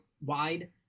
wide